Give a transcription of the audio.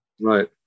Right